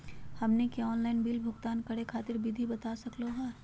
हमनी के online bill भुगतान करे खातीर विधि बता सकलघ हो?